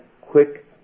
quick